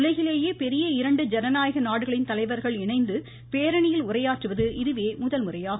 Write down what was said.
உலகிலேயே பெரிய இரண்டு ஜனநாயக நாடுகளின் தலைவர்கள் இணைந்து பேரணியில் உரையாற்றுவது இதுவே முதல்முறையாகும்